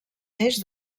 més